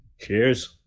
Cheers